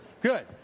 Good